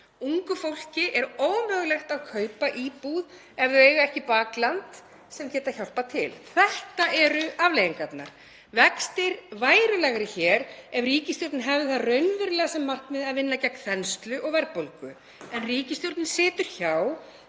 Ungu fólki er ómögulegt að kaupa íbúð ef það á ekki bakland sem getur hjálpað til. Þetta eru afleiðingarnar. Vextir væru lægri hér ef ríkisstjórnin hefði það raunverulega sem markmið að vinna gegn þenslu og verðbólgu en ríkisstjórnin situr hjá.